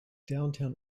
downtown